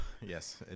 Yes